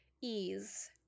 ease